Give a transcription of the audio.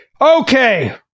okay